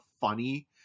funny